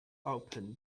open